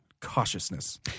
cautiousness